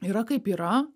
yra kaip yra